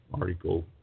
article